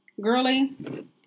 girly